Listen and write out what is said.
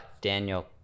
Daniel